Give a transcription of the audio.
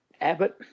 Abbott